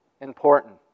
important